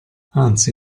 anzi